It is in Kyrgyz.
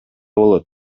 болот